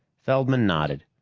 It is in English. feldman nodded.